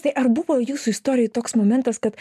tai ar buvo jūsų istorijoj toks momentas kad